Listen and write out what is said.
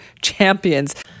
champions